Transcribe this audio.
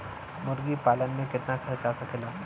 मुर्गी पालन में कितना खर्च आ सकेला?